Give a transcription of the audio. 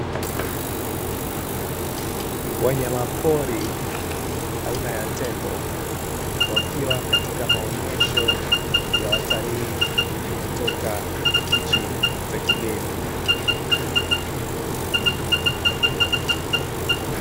Wanyama pori aina ya tembo wakiwa katika maonyesho ya watalii kutoka nchi za kigeni.